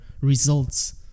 results